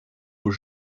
aux